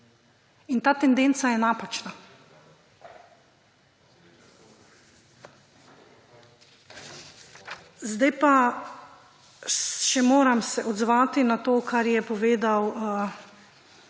In ta tendenca je napačna. Zdaj pa se moram še odzvati na to, kar je povedal